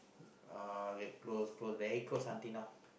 uh get close close very close until now